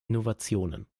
innovationen